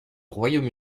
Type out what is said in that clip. royaume